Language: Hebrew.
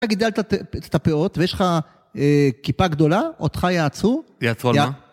אתה גידלת את הפיאות ויש לך כיפה גדולה, אותך יעצרו? יעצרו על מה?